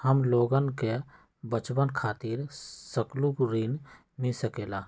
हमलोगन के बचवन खातीर सकलू ऋण मिल सकेला?